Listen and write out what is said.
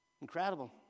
Incredible